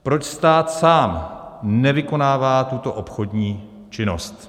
Proč stát sám nevykonává tuto obchodní činnost?